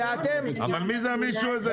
אבל מי זה המישהו הזה?